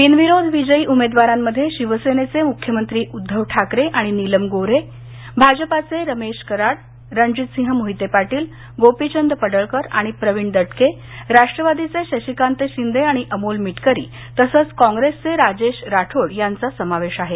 बिनविरोध विजयी उमेदवारांमध्ये शिवसेनेचे मुख्यमंत्री उद्दव ठाकरे आणि नीलम गोऱ्हे भाजपाचे रमेश कराड रणजितसिंह मोहिते पाटील गोपीचंद पडळकर आणि प्रवीण दटके राष्ट्रवादीचे शशिकांत शिंदे आणि अमोल मिटकरी तसंच काँग्रेसचे राजेश राठोड यांचा समावेश आहे